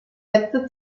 letzte